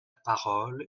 parole